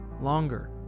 longer